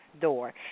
Door